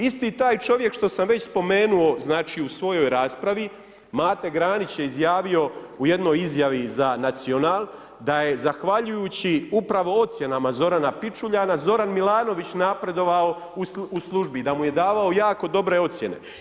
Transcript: Isti taj čovjek što sam već spomenuo u svojoj raspravi Mate Granić je izjavio u jednoj izjavi za Nacional da je zahvaljujući upravo ocjenama Zorana Pičuljana, Zoran Milanović napredovao u službi, da mu je davao jako dobre ocjene.